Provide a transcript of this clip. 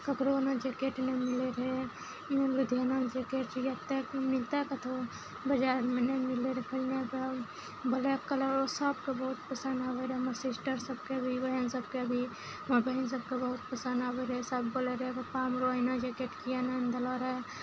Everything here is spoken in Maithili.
ककरो ओना जेकेट नै मिलै रहै लुधियाना जेकेट एते मिलतै कतौ बजारमे नहि मिलै रहै पहिने ब्लैक कलर सभके बहुत पसन्द आबै रहै हमर सिस्टर सभके भी बहन सभके भी हमर बहिन सभके बहुत पसन्द आबै रहै सभ बोलै रहै पप्पा हमरो एहिना जेकेट किए नहि देलहुॅं रहै